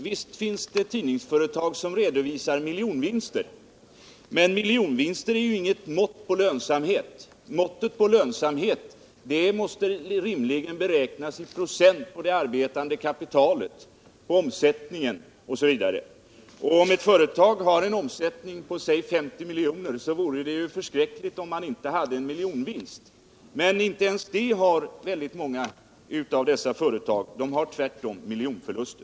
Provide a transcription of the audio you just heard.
Visst finns det tidningsföretag som redovisar miljonvinster, men miljonvinster är ju inget mått på lönsamhet. Lönsamheten måste rimligen beräknas i procent på det arbetande kapitalet, på omsättningen osv. Om ett företag har en omsättning på låt oss säga 50 milj.kr., vore det förskräckligt om det inte hade en miljonvinst. Men väldigt många av dessa företag har inte ens det, tvärtom har de miljonförluster.